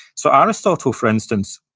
so, aristotle, for instance,